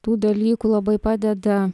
tų dalykų labai padeda